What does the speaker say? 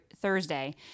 Thursday